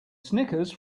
snickers